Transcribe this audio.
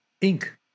ink